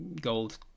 gold